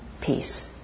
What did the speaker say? peace